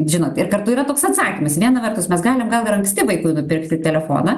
žinot ir kartu yra toks atsakymas viena vertus mes galime gal ir anksti vaikui nupirkti telefoną